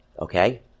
Okay